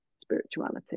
spirituality